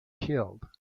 killed